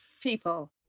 people